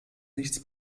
nichts